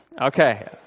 Okay